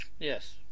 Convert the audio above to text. Yes